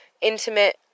intimate